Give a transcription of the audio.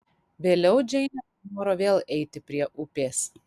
vėliau džeinė panoro vėl eiti prie upės